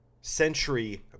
century